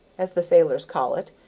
as the sailors call it,